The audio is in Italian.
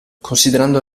considerando